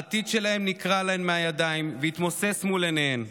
העתיד שלהן נקרע להן מהידיים והתמוסס מול עיניהן.